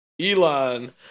Elon